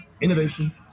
innovation